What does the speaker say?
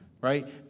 Right